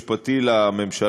החלטה של הממשלה,